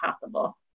possible